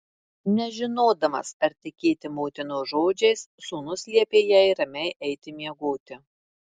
nežinodamas ar tikėti motinos žodžiais sūnus liepė jai ramiai eiti miegoti